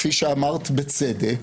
כפי שאמרת בצדק,